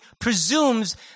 presumes